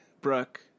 Brooke